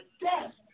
death